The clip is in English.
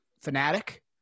fanatic